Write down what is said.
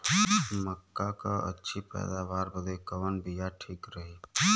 मक्का क अच्छी पैदावार बदे कवन बिया ठीक रही?